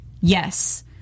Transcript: Yes